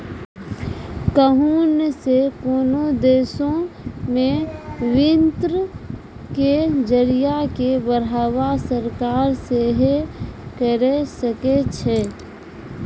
कहुं से कोनो देशो मे वित्त के जरिया के बढ़ावा सरकार सेहे करे सकै छै